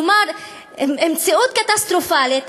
כלומר, מציאות קטסטרופלית.